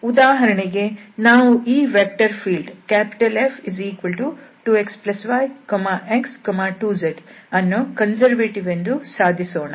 ಉದಾಹರಣೆಗೆ ನಾವು ಈ ವೆಕ್ಟರ್ ಫೀಲ್ಡ್ F2xyx2zಅನ್ನು ಕನ್ಸರ್ವೇಟಿವ್ ಎಂದು ಸಾಧಿಸೋಣ